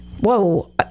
whoa